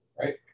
Right